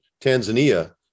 Tanzania